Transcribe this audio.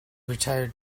retired